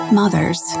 mothers